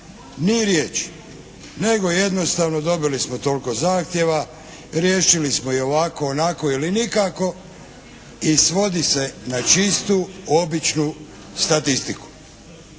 Ni riječi. Nego jednostavno dobili smo toliko zahtjeva. Riješili smo ih ovako, onako ili nikako. I svodi se na čistu, običnu statistiku.